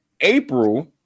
April